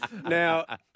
Now